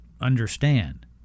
understand